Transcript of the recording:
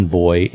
boy